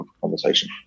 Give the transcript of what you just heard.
conversation